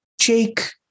Jake